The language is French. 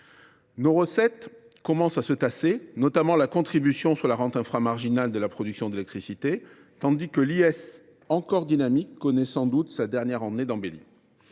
Nos recettes commencent à se tasser, notamment la contribution sur la rente inframarginale de la production d’électricité, tandis que l’IS, encore dynamique, connaît sans doute sa dernière année d’embellie.